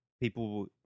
people